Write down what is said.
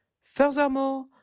Furthermore